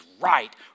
right